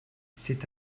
c’est